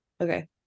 Okay